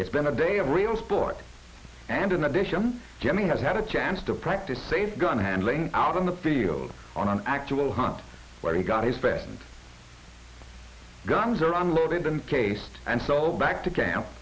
it's been a day of real sport and in addition jimmy has had a chance to practice same gun handling out in the field on an actual hunt where he got his best and guns are unloaded and cased and so back to camp